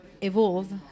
evolve